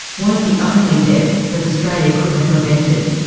weren't the only deaths that australia could have prevented.